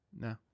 No